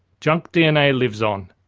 junk dna lives on.